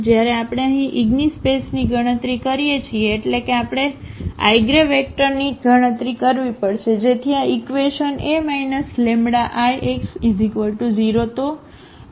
જ્યારે આપણે અહીં ઇગિનસ્પેસની ગણતરી કરીએ છીએ એટલે કે આપણે આઇગ્રેવેક્ટરની ગણતરી કરવી પડશે જેથી આ ઈક્વેશન A λIx0 તો આ કિસ્સામાં શું થશે